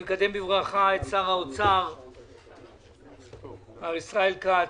אני מקדם בברכה את שר האוצר ישראל כ"ץ.